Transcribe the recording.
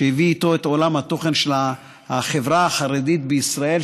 שהביא איתו את עולם התוכן של החברה החרדית בישראל,